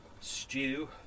stew